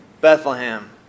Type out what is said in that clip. Bethlehem